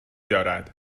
دارد